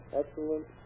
excellent